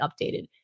updated